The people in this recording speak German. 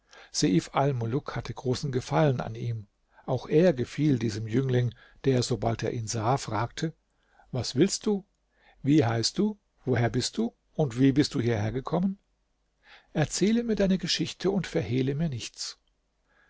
hatte großes gefallen an ihm auch er gefiel diesem jüngling der sobald er ihn sah fragte was willst du wie heißt du woher bist du und wie bist du hierher gekommen erzähle mir deine geschichte und verhehle mir nichts